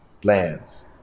plans